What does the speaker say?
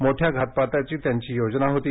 मोठ्या घातपाताची त्यांची योजना होती